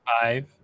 Five